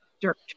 dirt